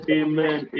amen